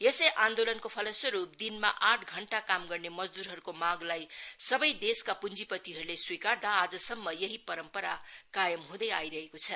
यसै आन्दोलनको फलस्वरूप दिनमा आठ घण्टा काम गर्ने मजदूरहरूको मागलाई सबै देशका प्रँजीपतिहरूले स्वीकार्दा आजसम्म यही परम्परा कायम हुँदै आईरहेको छ